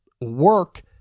work